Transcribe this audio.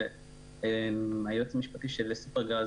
היועץ המשפטי של סופרגז